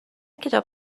کتاب